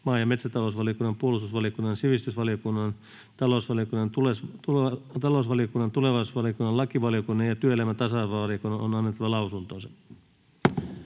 maa- ja metsätalousvaliokunnan, puolustusvaliokunnan, sivistysvaliokunnan, talousvaliokunnan, tulevaisuusvaliokunnan ja työelämä- ja tasa-arvovaliokunnan on annettava lausunto.